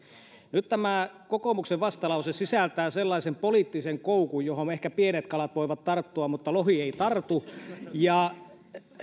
nyt tämä kokoomuksen vastalause sisältää sellaisen poliittisen koukun johon ehkä pienet kalat voivat tarttua mutta lohi ei tartu